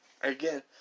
Again